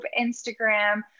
Instagram